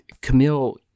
Camille